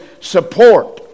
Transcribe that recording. support